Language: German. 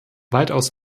weitaus